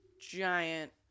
giant